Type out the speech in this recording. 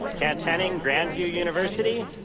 kent henning, grand view university.